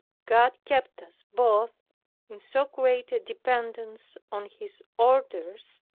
god kept us both in so great a dependence on his orders,